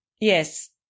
yes